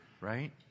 Right